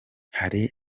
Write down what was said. hari